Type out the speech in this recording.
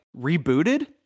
rebooted